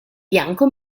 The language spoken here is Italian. bianco